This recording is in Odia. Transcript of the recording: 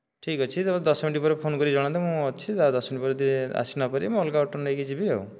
ଠିକ ଅଛି ତେବେ ଦଶ ମିନିଟ ପରେ ଫୋନ କରି ଜଣାନ୍ତୁ ମୁଁ ଅଛି ଦଶ ମିନିଟ ଭିତରେ ଯଦି ଆସି ନ ପାରିବେ ମୁଁ ଅଲଗା ଅଟୋ ନେଇକି ଯିବି